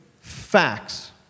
facts